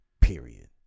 Period